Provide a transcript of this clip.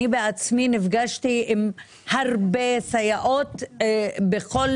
אני בעצמי נפגשתי עם הרבה סייעות בכל